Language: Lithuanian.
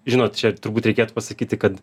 žinot čia turbūt reikėtų pasakyti kad